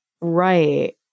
Right